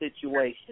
situation